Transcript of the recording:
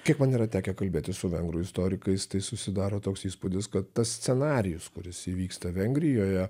kiek man yra tekę kalbėtis su vengrų istorikais tai susidaro toks įspūdis kad tas scenarijus kuris įvyksta vengrijoje